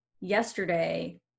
yesterday